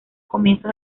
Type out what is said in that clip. comienzos